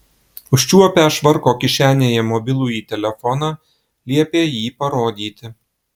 užčiuopę švarko kišenėje mobilųjį telefoną liepė jį parodyti